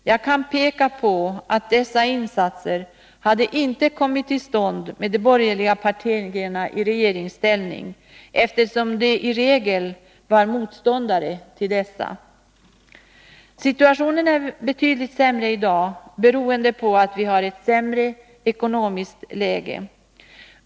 Jag kan peka på att dessa insatser inte hade kommit till stånd med de borgerliga partierna i regeringsställning, eftersom dessa i regel var motståndare till dem. Situationen är betydligt sämre i dag beroende på att vi har ett sämre ekonomiskt läge.